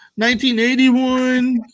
1981